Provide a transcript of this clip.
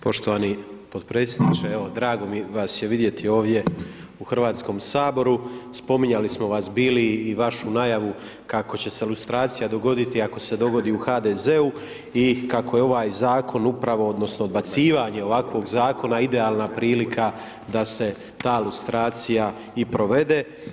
Poštovani potpredsjedniče, evo drago mi vas je vidjeti ovdje u Hrvatskom saboru. spominjali smo vas bili i vašu najavu kako će se lustracija dogoditi ako se dogodi u HDZ-u i kako je ovaj zakon upravo odnosno odbacivanje ovakvog zakona idealna prilika da se ta lustracija i provede.